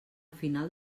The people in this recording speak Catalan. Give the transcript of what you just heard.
final